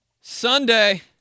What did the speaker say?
Sunday